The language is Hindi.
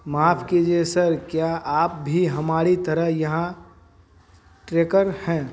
माफ कीजिये सर क्या आप भी हमारी तरह यहाँ ट्रेकर हैं